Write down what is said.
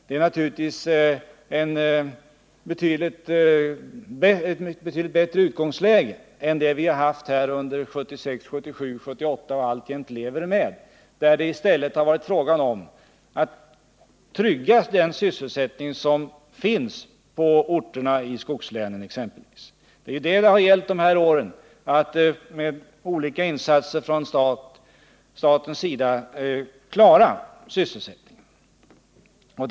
Det ger naturligtvis ett betydligt bättre utgångsläge än det vi haft under åren 1976, 1977 och 1978 — och som vi alltjämt har — då det i stället varit fråga om att trygga sysselsättningen exempelvis på orter inom skogslänen. Under dessa år har det gällt att genom olika insatser från statens sida klara sysselsättningen.